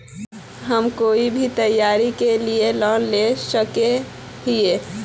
हम कोई भी त्योहारी के लिए लोन ला सके हिये?